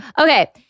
Okay